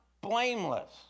blameless